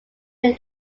main